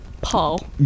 Paul